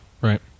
right